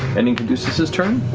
ending caduceus' turn.